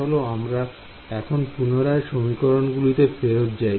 চলো আমরা এখন পুনরায় সমীকরণগুলিতে ফেরত চাই